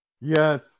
Yes